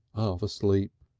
half asleep.